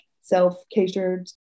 self-catered